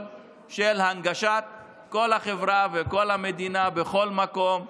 של הנגשת כל החברה וכל המדינה בכל מקום.